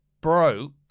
Broke